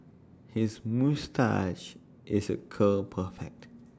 his moustache is A curl perfect